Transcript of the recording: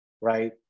right